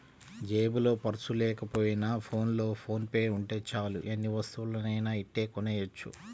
జేబులో పర్సు లేకపోయినా ఫోన్లో ఫోన్ పే ఉంటే చాలు ఎన్ని వస్తువులనైనా ఇట్టే కొనెయ్యొచ్చు